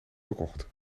verkocht